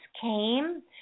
came